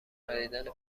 خریدن